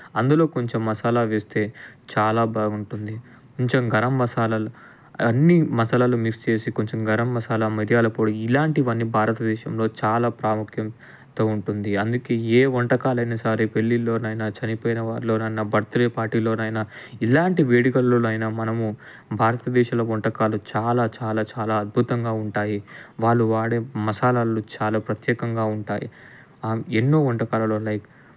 అందులో కొంచెం మసాలా వేస్తే చాలా బాగుంటుంది కొంచెం గరం మసాలాలు అన్నీ మసాలాలు మిక్స్ చేసి కొంచెం గరం మసాలా మిరియాల పొడి ఇలాంటివన్నీ భారతదేశంలో చాలా ప్రాముఖ్యంతో ఉంటుంది అందుకే ఏ వంటకాలు అయినా సరే పెళ్లిలోనైనా చనిపోయిన వారిలోనైనా బర్త్డే పార్టీలోనైనా ఇలాంటి వేడుకల్లోనైనా మనము భారతదేశంలో వంటకాలు చాలా చాలా చాలా అద్భుతంగా ఉంటాయి వాళ్ళు వాడే మసాలాలు చాలా ప్రత్యేకంగా ఉంటాయి ఎన్నో వంటకాలలు ఉన్నాయి